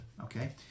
Okay